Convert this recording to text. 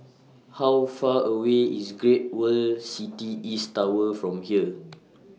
How Far away IS Great World City East Tower from here